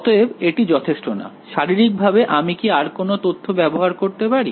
অতএব এটি যথেষ্ট না শারীরিকভাবে আমি কি আর কোন তথ্য ব্যবহার করতে পারি